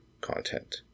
content